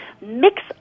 mix